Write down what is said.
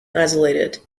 isolated